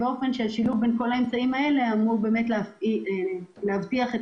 השילוב בין כל האמצעים האלה אמור להבטיח את